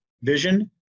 vision